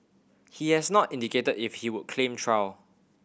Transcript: he has not indicated if he would claim trial